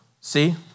see